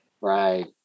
Right